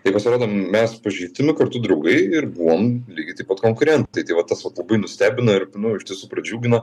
tai pasirodo mes pažįstami kartu draugai ir buvom lygiai taip pat konkurentai tai va tas vat labai nustebino ir nu iš tiesų pradžiugino